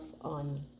on